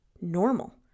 normal